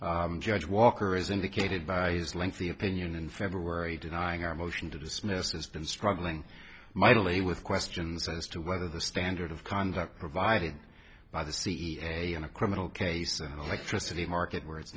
judge walker as indicated by his lengthy opinion in february denying our motion to dismiss has been struggling mightily with questions as to whether the standard of conduct provided by the c e o in a criminal case like tricity market where it's